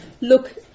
look